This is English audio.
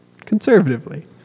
conservatively